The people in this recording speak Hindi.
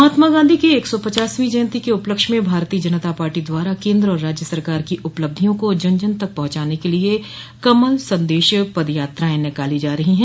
महात्मा गांधी की एक सौ पचासवीं जयन्ती के उपलक्ष्य में भारतीय जनता पार्टी द्वारा केन्द्र और राज्य सरकार की उपलब्धियों को जन जन तक पहुंचाने के लिय कमल संदेश पद यात्राएं निकाली जा रही है